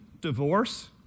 divorce